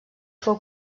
fou